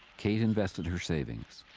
kate invested her savings.